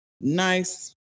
Nice